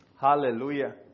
hallelujah